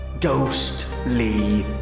ghostly